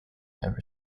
ever